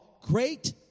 great